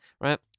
right